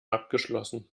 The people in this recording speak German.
abgeschlossen